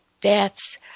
deaths